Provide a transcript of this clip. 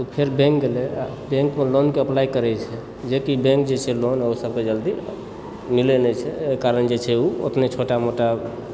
ओ फेर बैंक गेलय बैंकमे लोनके अप्लाइ करय छै जेकि बैंक जे छै लोन ओ सभकेँ जल्दी मिलय नहि छै एहि कारण जे छै ओ अपने छोटा मोटा